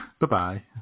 Bye-bye